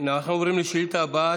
אנחנו עוברים לשאילתה הבאה,